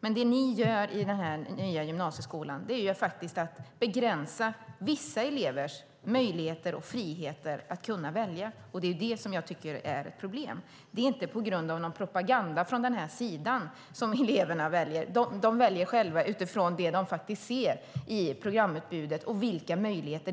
Men det ni gör när det gäller den här nya gymnasieskolan är att ni begränsar vissa elevers möjligheter och frihet att välja. Det är detta som jag tycker är ett problem. Det är inte på grund av propaganda från den rödgröna sidan som eleverna väljer, utan de väljer utifrån vad de ser i programutbudet och utifrån vilka möjligheter